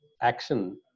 action